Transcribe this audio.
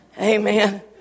Amen